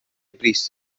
brys